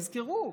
תזכרו.